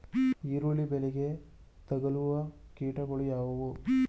ಈರುಳ್ಳಿ ಬೆಳೆಗೆ ತಗಲುವ ಕೀಟಗಳು ಯಾವುವು?